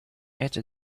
это